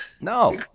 no